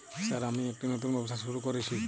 Sir আমি একটি নতুন ব্যবসা শুরু করেছি?